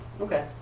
Okay